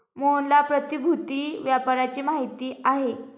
मोहनला प्रतिभूति व्यापाराची माहिती आहे